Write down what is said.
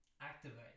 activate